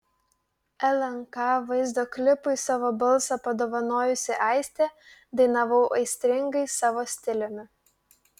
lnk vaizdo klipui savo balsą padovanojusi aistė dainavau aistringai savo stiliumi